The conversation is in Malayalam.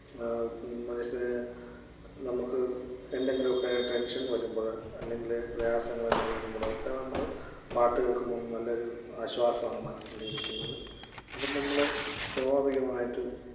മനുഷ്യന് നമ്മൾക്ക് എന്തെങ്കിലുമൊക്കെ ടെന്ഷന് വരുമ്പോൾ അല്ലെങ്കിൽ പ്രയാസങ്ങളെ നേരിടുമ്പോഴുമൊക്കെ നമ്മൾ പാട്ടു കേൾക്കുമ്പം നല്ലൊരു ആശ്വാസമാണ് മനസ്സില് ലഭിക്കുന്നത് അപ്പം നമ്മൾ സ്വാഭാവികമായിട്ട്